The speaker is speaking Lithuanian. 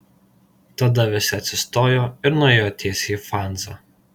tada visi atsistojo ir nuėjo tiesiai į fanzą